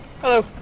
Hello